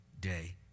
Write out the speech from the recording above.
day